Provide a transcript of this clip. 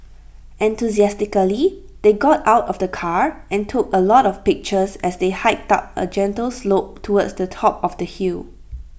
enthusiastically they got out of the car and took A lot of pictures as they hiked up A gentle slope towards the top of the hill